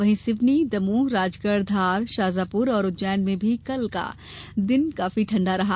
वहीं सिवनी दमोह राजगढ़ धार शाजापुर और उज्जैन में भी कल का दिन काफी ठंडा रहा